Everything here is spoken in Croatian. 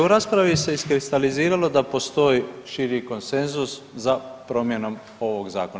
U raspravu se iskristaliziralo da postoji širi konsenzus za promjenom ovog zakona.